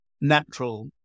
natural